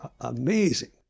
amazing